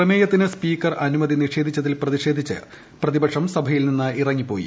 പ്രമേയത്തിന് സ്പീക്കർ അനുമതി നിഷേധിച്ചതിൽ പ്രതിഷേധിച്ച് പ്രതിപക്ഷം സഭയിൽ നിന്ന് ഇറങ്ങിപ്പോയി